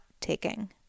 taking